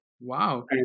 Wow